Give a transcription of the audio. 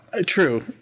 True